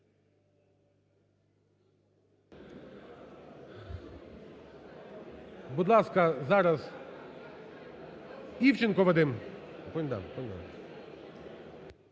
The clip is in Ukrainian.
Будь ласка, зараз Івченко Вадим.